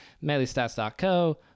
MeleeStats.co